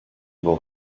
will